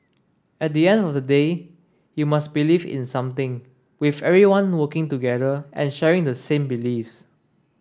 at the end of the day you must believe in something with everyone working together and sharing the same beliefs